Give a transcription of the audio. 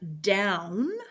down